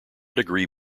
degree